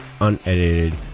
unedited